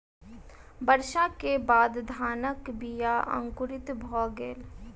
वर्षा के बाद धानक बीया अंकुरित भअ गेल